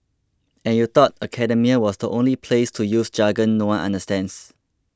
and you thought academia was the only place to use jargon no one understands